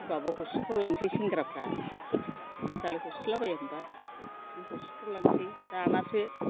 सोरबाबा हस्रिखावलांसै सेंग्राफ्रा एसे हस्रिलाबाया होमबा हस्रिखावलांसै दानासो